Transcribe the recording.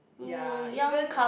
ya even